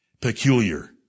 Peculiar